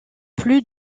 plus